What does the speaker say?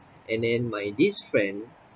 and then my this friend